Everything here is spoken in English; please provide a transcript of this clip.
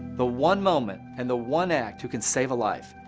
the one moment, and the one act who can save a life.